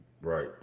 Right